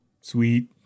Sweet